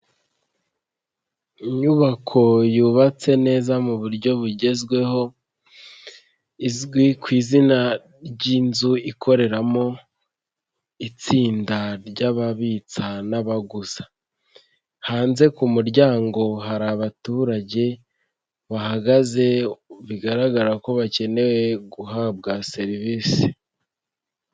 Inyubako yubatse neza mu buryo bugezweho izwi ku izina ry'inzu ikoreramo itsinda ry'ababitsa n'abaguza, hanze ku muryango hari abaturage bahagaze bigaragara ko bakeneye guhabwa serivisi.